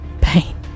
pain